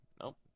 Nope